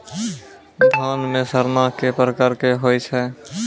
धान म सड़ना कै प्रकार के होय छै?